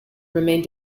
remained